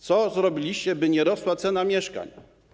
Co zrobiliście, by nie rosła cena mieszkań?